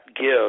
give